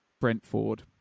Brentford